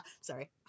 Sorry